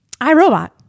iRobot